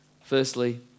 Firstly